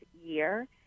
year